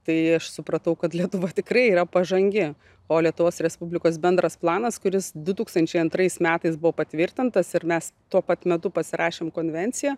tai aš supratau kad lietuva tikrai yra pažangi o lietuvos respublikos bendras planas kuris du tūkstančiai antrais metais buvo patvirtintas ir mes tuo pat metu pasirašėm konvenciją